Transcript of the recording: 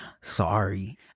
sorry